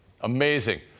amazing